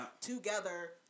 together